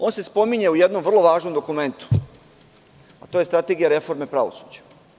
On se spominje u jednom vrlo važnom dokumentu – Strategija reforme pravosuđa.